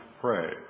pray